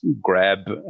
grab